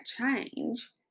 change